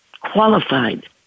qualified